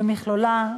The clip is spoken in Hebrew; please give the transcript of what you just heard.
במכלולה,